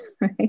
right